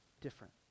different